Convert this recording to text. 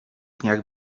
dniach